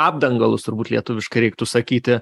apdangalus turbūt lietuviškai reiktų sakyti